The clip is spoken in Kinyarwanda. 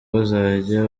bazajya